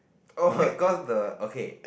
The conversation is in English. oh cause the okay